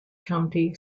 county